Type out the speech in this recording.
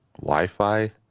Wi-Fi